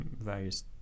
various